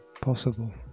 possible